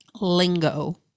lingo